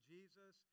Jesus